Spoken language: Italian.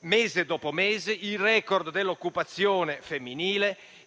mese dopo mese, il *record* dell'occupazione femminile,